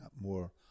More